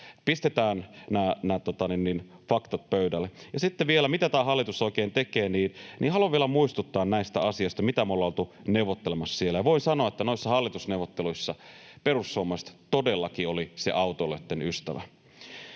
Pistetään nämä faktat pöydälle. Sitten vielä siitä, mitä tämä hallitus oikein tekee. Haluan muistuttaa näistä asioista, mitä me ollaan oltu neuvottelemassa siellä. Voin sanoa, että noissa hallitusneuvotteluissa perussuomalaiset todellakin oli se autoilijoitten ystävä.